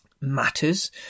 matters